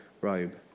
robe